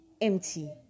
empty